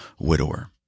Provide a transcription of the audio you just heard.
widower